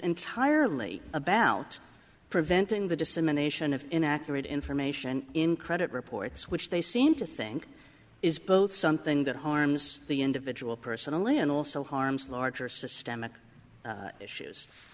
entirely about preventing the dissemination of inaccurate information in credit reports which they seem to think is both something that harms the individual personally and also harms the larger systemic issues